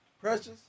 Precious